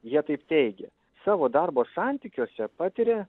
jie taip teigia savo darbo santykiuose patiria